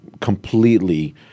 completely